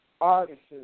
artists